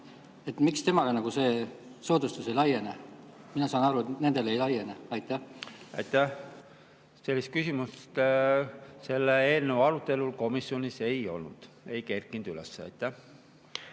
pindalatoetust, see soodustus ei laiene. Mina saan aru, et nendele ei laiene. Aitäh! Sellist küsimust selle eelnõu arutelul komisjonis ei olnud, see ei kerkinud üles. Aitäh!